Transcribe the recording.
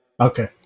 Okay